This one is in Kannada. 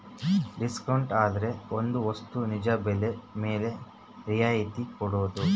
ಡಿಸ್ಕೌಂಟ್ ಅಂದ್ರೆ ಒಂದ್ ವಸ್ತು ನಿಜ ಬೆಲೆ ಮೇಲೆ ರಿಯಾಯತಿ ಕೊಡೋದು